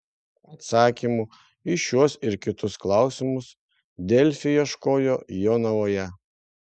atsakymų į šiuos ir kitus klausimus delfi ieškojo jonavoje